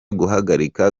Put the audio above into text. guhagarika